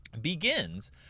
begins